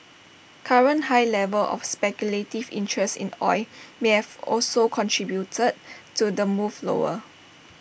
current high levels of speculative interest in oil may have also contributed to the move lower